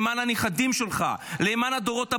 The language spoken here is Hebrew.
למען הנכדים שלך, למען הדורות הבאים,